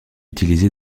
utilisées